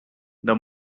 the